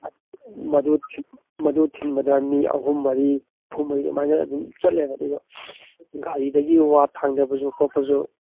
ꯃꯗꯨ ꯊꯤꯟꯕꯗ ꯃꯤ ꯑꯍꯨꯝ ꯃꯔꯤ ꯑꯍꯨꯝ ꯃꯔꯤ ꯑꯗꯨꯃꯥꯏꯅ ꯑꯗꯨꯝ ꯆꯠꯂꯦꯕ ꯑꯗꯨꯒ ꯒꯥꯔꯤꯗꯒꯤ ꯋꯥ ꯊꯥꯡꯗꯕꯁꯨ ꯈꯣꯠꯄꯁꯨ